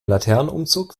laternenumzug